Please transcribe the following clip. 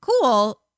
cool